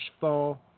fall